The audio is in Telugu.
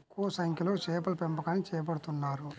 ఎక్కువ సంఖ్యలో చేపల పెంపకాన్ని చేపడుతున్నారు